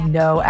no